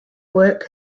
work